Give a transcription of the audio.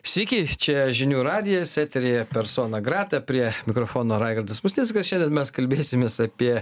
sveiki čia žinių radijo eteryje persona grata prie mikrofono raigardas musnickas šiandien mes kalbėsimės apie